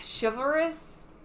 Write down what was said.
chivalrous